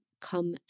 come